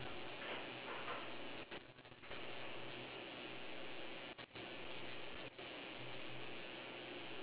tak tahu !huh!